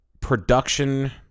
production